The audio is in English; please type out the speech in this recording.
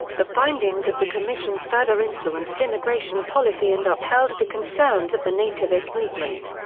the findings of the commission further influenced immigration policy and upheld the concerns of the nativist movement.